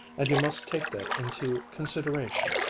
and you must take that into consideration.